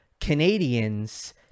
Canadians